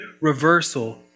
reversal